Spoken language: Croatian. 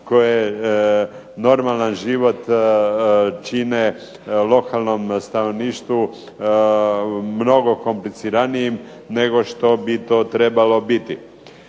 koje normalan život čine lokalnom stanovništvu mnogo kompliciranijim nego što bi to trebalo biti.